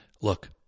look